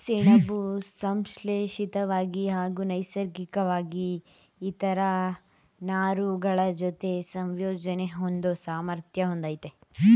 ಸೆಣಬು ಸಂಶ್ಲೇಷಿತ್ವಾಗಿ ಹಾಗೂ ನೈಸರ್ಗಿಕ್ವಾಗಿ ಇತರ ನಾರುಗಳಜೊತೆ ಸಂಯೋಜನೆ ಹೊಂದೋ ಸಾಮರ್ಥ್ಯ ಹೊಂದಯ್ತೆ